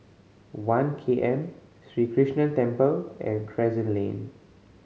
One K M Sri Krishnan Temple and Crescent Lane